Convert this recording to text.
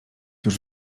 już